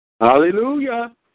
Hallelujah